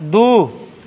दू